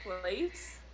place